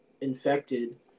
infected